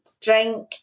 drink